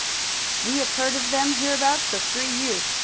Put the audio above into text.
we have heard of them hereabouts for three years.